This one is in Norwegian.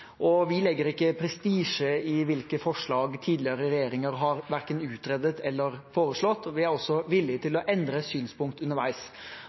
Vi legger ikke prestisje i hvilke forslag tidligere regjeringer har verken utredet eller foreslått, og vi er også villige til å endre synspunkt underveis.